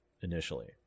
initially